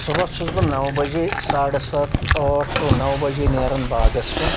صُبحَس چھُس بہٕ نَو بَجے ساڑٕ سَتھ ٲٹھ ٹُو نَو بَجے نیران باغَس کُن